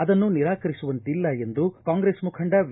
ಅದನ್ನು ನಿರಾಕರಿಸುವಂತಿಲ್ಲ ಎಂದು ಕಾಂಗ್ರೆಸ್ ಮುಖಂಡ ವಿ